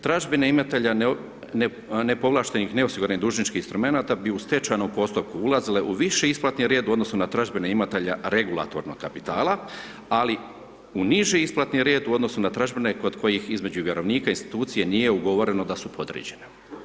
Tražbine imatelja nepovlaštenih neosiguranih dužničkih instrumenata bi u stečajnom postupku ulazile u viši isplatni red u odnosu na tražbine imatelja regulatornog kapitala, ali u niži isplatni red u odnosu na tražbine kod kojih između vjerovnika i institucije nije ugovoreno da su podređene.